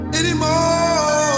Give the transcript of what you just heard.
anymore